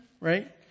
right